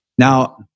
Now